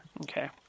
Okay